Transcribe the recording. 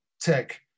tech